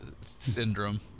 syndrome